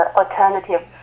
alternative